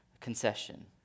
concession